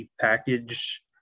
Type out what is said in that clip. package